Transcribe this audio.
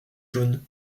jaunes